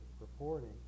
reporting